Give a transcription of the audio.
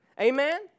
Amen